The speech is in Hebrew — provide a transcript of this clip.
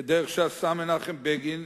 כדרך שעשה מנחם בגין,